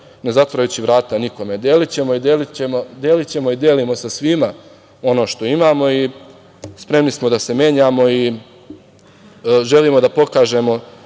ne zatvarajući vrata nikome. Delićemo i delićemo i delimo sa svima ono što imamo i spremni smo i da se menjamo i želimo da pokažemo